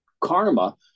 karma